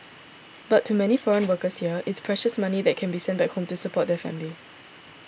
but to many foreign workers here it's precious money that can be sent back home to support their family